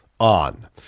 on